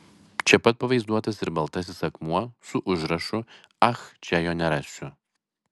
čia pat pavaizduotas ir baltasis akmuo su užrašu ach čia jo nerasiu